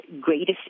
greatest